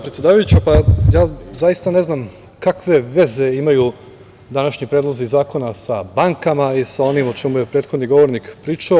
Predsedavajuća, ja zaista ne znam kakve veze imaju današnji predlozi zakona sa bankama i sa onim o čemu je prethodni govornik pričao?